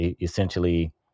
essentially